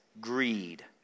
greed